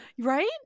right